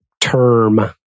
term